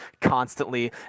constantly